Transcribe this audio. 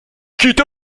quitte